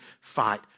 fight